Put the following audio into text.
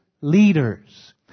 leaders